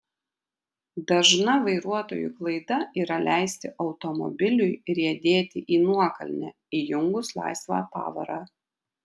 dažna vairuotojų klaida yra leisti automobiliui riedėti į nuokalnę įjungus laisvą pavarą